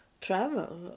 travel